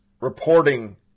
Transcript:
reporting